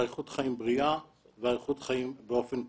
אריכות חיים בריאה ואריכות חיים באופן כללי.